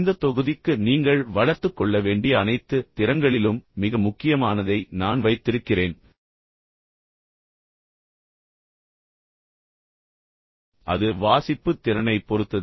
இந்த தொகுதிக்கு நீங்கள் வளர்த்துக் கொள்ள வேண்டிய அனைத்து திறன்களிலும் மிக முக்கியமானதை நான் வைத்திருக்கிறேன் அது வாசிப்புத் திறனைப் பொறுத்தது